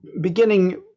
beginning